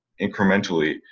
incrementally